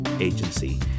agency